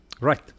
Right